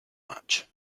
match